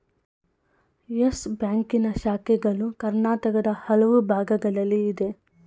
Yes ಬ್ಯಾಂಕಿನ ಶಾಖೆಗಳು ಕರ್ನಾಟಕದ ಹಲವು ಭಾಗಗಳಲ್ಲಿ ಇದೆ